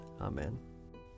Amen